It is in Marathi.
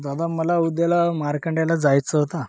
दादा मला उद्याला मार्कंड्याला जायचं होता